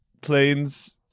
planes